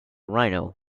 rhino